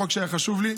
זה חוק שהיה חשוב לי.